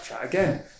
Again